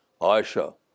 Aisha